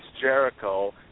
Jericho